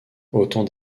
autant